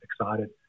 excited